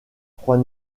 trois